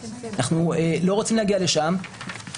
אנחנו לא רוצים להגיע לשם.